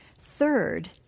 Third